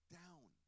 down